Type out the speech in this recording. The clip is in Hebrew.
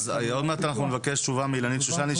אז עוד מעט נבקש תשובה מאילנית שושני,